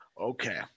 Okay